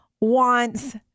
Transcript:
wants